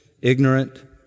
ignorant